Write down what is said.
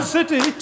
City